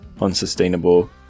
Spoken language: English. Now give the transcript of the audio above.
unsustainable